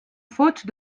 faute